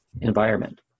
environment